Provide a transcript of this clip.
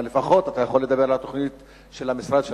אבל לפחות אתה יכול לדבר על התוכנית של המשרד שלך.